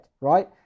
Right